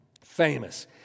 famous